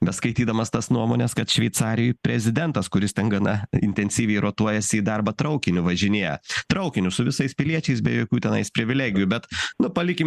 beskaitydamas tas nuomones kad šveicarijoj prezidentas kuris ten gana intensyviai rotuojasi į darbą traukiniu važinėja traukiniu su visais piliečiais be jokių tenais privilegijų bet nu palikim